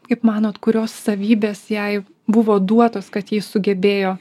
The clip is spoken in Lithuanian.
kaip manot kurios savybės jai buvo duotos kad ji sugebėjo